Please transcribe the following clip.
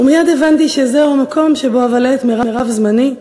ומייד הבנתי שזהו המקום שבו אבלה את מרב זמני,